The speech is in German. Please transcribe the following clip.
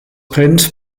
prince